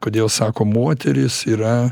kodėl sako moteris yra